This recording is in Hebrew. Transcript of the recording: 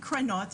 מקרנות,